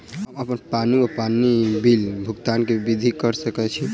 हम्मर अप्पन पानि वा पानि बिलक भुगतान केँ विधि कऽ सकय छी?